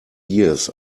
years